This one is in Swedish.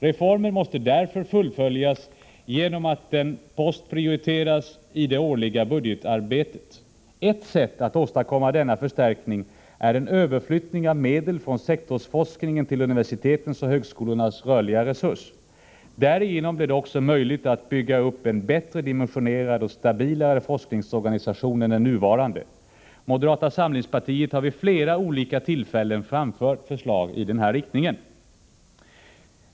Reformen måste därför fullföljas genom att denna post prioriteras i det årliga budgetarbetet. Ett sätt att åstadkomma denna förstärkning är en överflyttning av medel från sektorsforskningen till universitetens och högskolornas rörliga resurs. Därigenom blir det också möjligt att bygga upp en bättre dimensionerad och stabilare forskningsorganisation än den nuvarande. Moderata samlingspartiet har vid flera olika tillfällen framfört förslag i den riktningen.